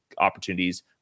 opportunities